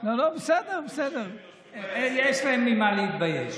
בסדר, יש להם ממה להתבייש.